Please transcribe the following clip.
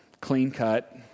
clean-cut